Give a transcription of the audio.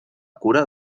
cura